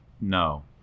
No